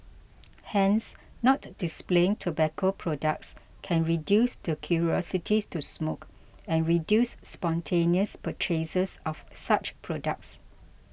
hence not displaying tobacco products can reduce the curiosities to smoke and reduce spontaneous purchases of such products